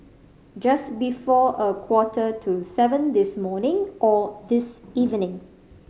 just before a quarter to seven this morning or this evening